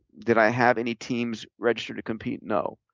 did i have any teams registered to compete? no.